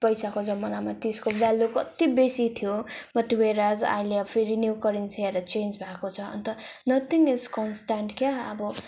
पैसाको जमानामा त्यसको भेल्यू कति बेसी थियो बट वेयरएज अहिले फेरि न्यू करेन्सीहरू चेन्ज भएको छ अन्त नथिङ इज कन्सट्यान्ट क्या अब